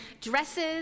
dresses